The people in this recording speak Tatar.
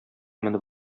менеп